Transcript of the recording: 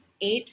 eight